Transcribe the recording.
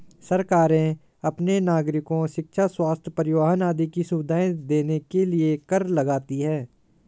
सरकारें अपने नागरिको शिक्षा, स्वस्थ्य, परिवहन आदि की सुविधाएं देने के लिए कर लगाती हैं